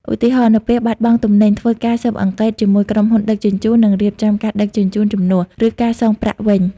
ឧទាហរណ៍ នៅពេលបាត់បង់ទំនិញ ធ្វើការស៊ើបអង្កេតជាមួយក្រុមហ៊ុនដឹកជញ្ជូន និងរៀបចំការដឹកជញ្ជូនជំនួស ឬការសងប្រាក់វិញ។